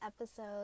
episode